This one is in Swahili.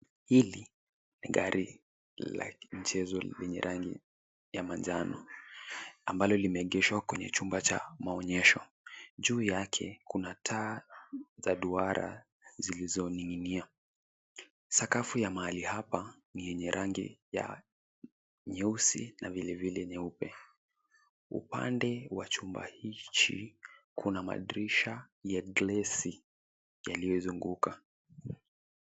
Hili ni gari la mchezo lenye rangi ya manjano ambalo limeegeshwa kwenye chumba cha maonyesho. Juu yake kuna taa za duara zilizoning'inia. Sakafu ya mahali hapa ni yenye rangi ya nyeusi na vilevile nyeupe. Upande wa chumba hichi kuna madirisha ya glasi yaliyoizunguka.